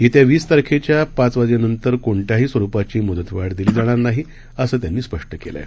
येत्या वीस तारखेच्या पाच वाजेनंतर कोणत्याही स्वरूपाची मुदतवाढ दिली जाणार नाही असं त्यांनी स्पष्ट केलं आहे